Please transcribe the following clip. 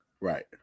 right